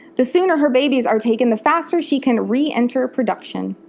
the sooner her babies are taken, the faster she can re-enter production.